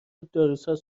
داروساز